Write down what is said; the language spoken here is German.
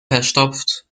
verstopft